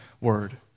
word